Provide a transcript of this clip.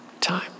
time